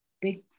big